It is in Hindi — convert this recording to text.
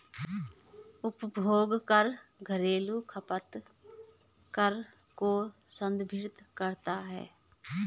उपभोग कर घरेलू खपत कर को संदर्भित करता है